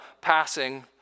passing